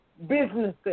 businesses